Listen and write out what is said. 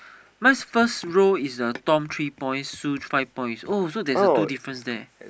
mine's first row is uh Tom three points Sue five points oh so there's a two difference there